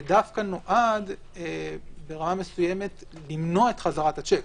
זה דווקא נועד, ברמה מסוימת, למנוע את חזרת השיק.